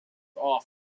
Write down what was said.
off